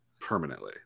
permanently